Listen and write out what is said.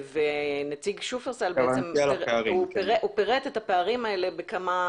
נציג שופרסל פירט את הפערים האלה בכמה